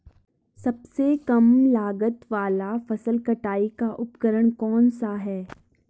सबसे कम लागत वाला फसल कटाई का उपकरण कौन सा है?